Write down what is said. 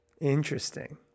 Interesting